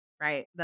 Right